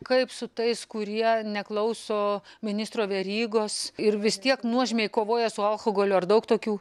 kaip su tais kurie neklauso ministro verygos ir vis tiek nuožmiai kovoja su alkoholiu ar daug tokių